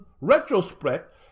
retrospect